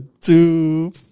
Two